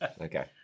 Okay